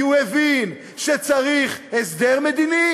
כי הוא הבין שצריך הסדר מדיני,